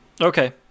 Okay